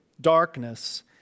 darkness